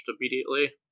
immediately